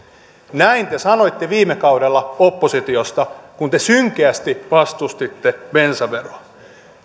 näin te sanoitte viime kaudella oppositiosta kun te synkeästi vastustitte bensaveroa